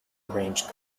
range